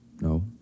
No